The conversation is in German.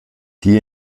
die